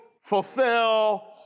fulfill